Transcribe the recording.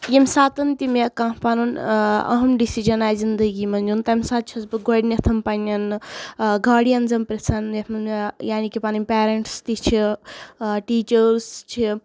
ییٚمہِ ساتہٕ تہِ مےٚ کانٛہہ پنُن أہم ڈیٚسِجن آسہٕ زندگی منٛز نیُن تمہٕ ساتہٕ چھس بہٕ گۄڈٕنیٚتھ پننٮ۪ن گاڑِینزن پرژھان یتھ منٛز مےٚ یعنی کہ پنٕنۍ پیرنٹس تہِ چھِ ٹیچٲرٕس چھِ